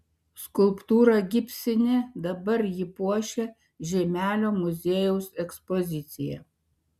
skulptūra gipsinė dabar ji puošia žeimelio muziejaus ekspoziciją